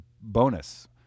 bonus